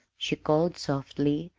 she called softly,